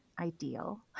ideal